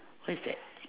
what's that